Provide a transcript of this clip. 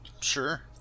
Sure